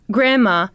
Grandma